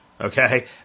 Okay